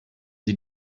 sie